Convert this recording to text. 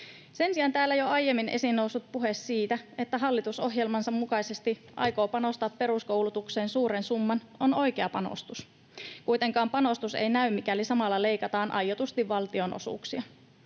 Sen sijaan täällä jo aiemmin esiin noussut puhe siitä, että hallitus ohjelmansa mukaisesti aikoo panostaa peruskoulutukseen suuren summan, on oikea panostus. Kuitenkaan panostus ei näy, mikäli samalla leikataan aiotusti valtionosuuksia,